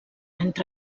entre